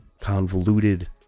convoluted